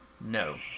No